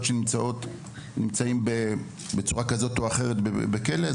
שנמצאים בצורה כזאת או אחרת בכלא,